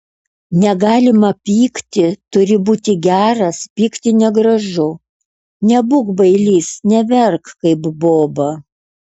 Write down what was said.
negalima pykti turi būti geras pykti negražu nebūk bailys neverk kaip boba